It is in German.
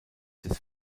des